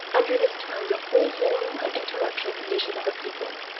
under this term the whole moral and intellectual condition of a people.